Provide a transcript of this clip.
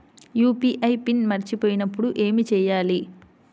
UPI PIN మరచిపోయినప్పుడు ఏమి చేయాలి?